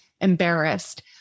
embarrassed